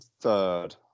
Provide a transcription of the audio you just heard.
third